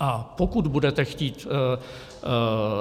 A pokud budete chtít